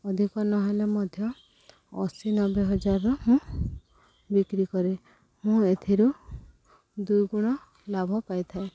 ଅଧିକ ନହେଲେ ମଧ୍ୟ ଅଶୀ ନବେ ହଜାରର ମୁଁ ବିକ୍ରି କରେ ମୁଁ ଏଥିରୁ ଦୁଇ ଗୁଣ ଲାଭ ପାଇଥାଏ